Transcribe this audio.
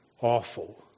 awful